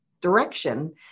direction